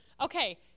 Okay